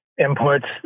inputs